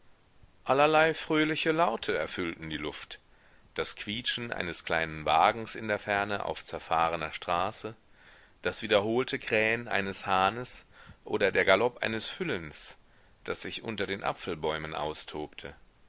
allerlei fröhliche laute erfüllten die luft das quietschen eines kleinen wagens in der ferne auf zerfahrener straße das wiederholte krähen eines hahnes oder der galopp eines füllens das sich unter den apfelbäumen austobte